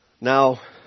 Now